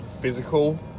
physical